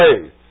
faith